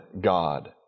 God